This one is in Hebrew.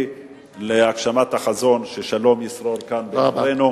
להגשמת החזון ששלום ישרור כאן באזורנו,